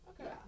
Okay